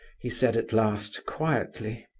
he said, at last, quietly.